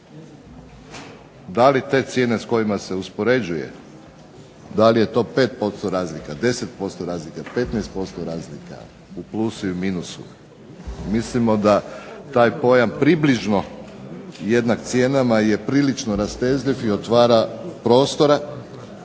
Da li te cijene s kojima se uspoređuje, da li je to 5% razlika, 10% razlika 15% razlika, u plusu ili minusu. Mislimo da taj pojam približno jednak cijenama je prilično rastezljiv i otvara prostora